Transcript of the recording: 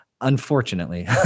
unfortunately